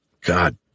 god